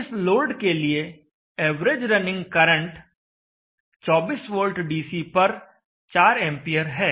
इस लोड के लिए average running current 24 volt DC पर 4 एंपियर है